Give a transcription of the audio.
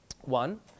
One